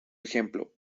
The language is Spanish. ejemplo